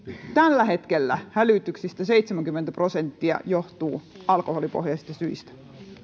tällä hetkellä poliisien hälytyksistä seitsemänkymmentä prosenttia johtuu alkoholipohjaisista syistä